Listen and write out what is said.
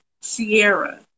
Sierra